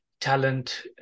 talent